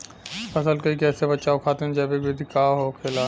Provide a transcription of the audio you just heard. फसल के कियेसे बचाव खातिन जैविक विधि का होखेला?